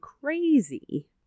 crazy